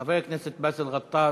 חבר הכנסת באסל גטאס.